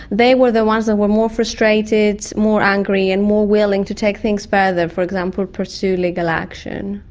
they were the ones that were more frustrated, more angry and more willing to take things further, for example pursuing legal action.